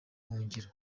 buhungiro